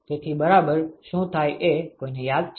તેથી ∆T બરાબર શું થાય એ કોઈને યાદ છે